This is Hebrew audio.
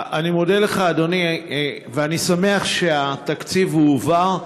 אני מודה לך, אדוני, ואני שמח שהתקציב הועבר.